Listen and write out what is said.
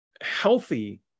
healthy